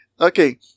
okay